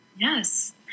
Yes